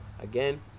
again